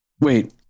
Wait